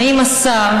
האם השר,